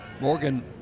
Morgan